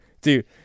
Dude